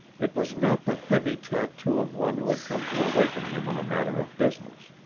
it was not the heavy tattoo of one who had come to awaken him on a matter of business.